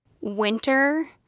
winter